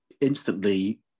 instantly